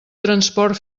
transport